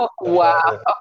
wow